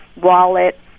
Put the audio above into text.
Wallet